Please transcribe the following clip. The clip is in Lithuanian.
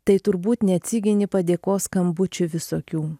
tai turbūt neatsigini padėkos skambučių visokių